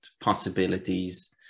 possibilities